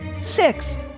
Six